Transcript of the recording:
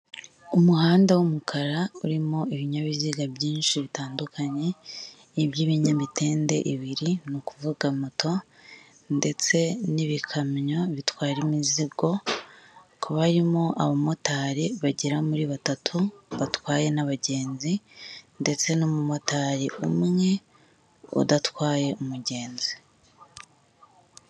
Umuhanda w'umukara urimo ibinyabiziga byinshi bitandukanye, iby'ibinyamitende ibiri ni ukuvuga moto, ndetse n'ibikamyo bitwara imizigo, ku barimo abamotari bagera muri batatu batwaye n'abagenzi, ndetse n'umumotari umwe udatwaye umugenzi.